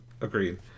agreed